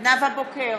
נאוה בוקר,